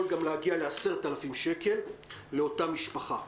להגיע גם ל-10,000 שקל לאותה משפחה.